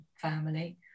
family